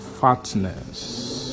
fatness